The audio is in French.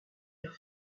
air